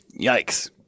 Yikes